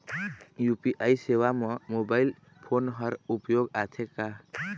UPI सेवा म mobile phone हर उपयोग आथे का?